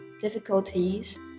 difficulties